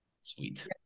Sweet